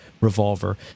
Revolver